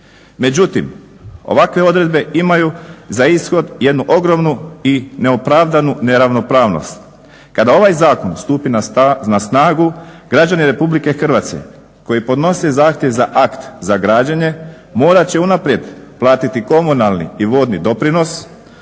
Međutim, ovakve odredbe imaju za ishod jednu ogromnu i neopravdanu neravnopravnost. Kada ovaj zakon stupi na snagu građani Republike Hrvatske koji podnose zahtjev za akt za građenje morat će unaprijed platiti komunalni i vodni doprinos,